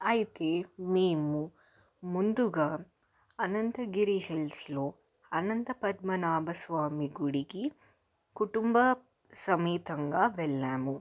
అయితే మేము ముందుగా అనంతగిరి హిల్స్లో అనంతపద్మనాభ స్వామి గుడికి కుటుంబ సమేతంగా వెళ్ళాము